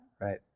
Right